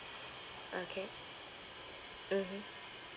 okay mmhmm